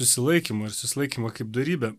susilaikymą ir susilaikymą kaip dorybę